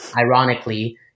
ironically